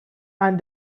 and